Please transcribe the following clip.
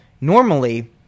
Normally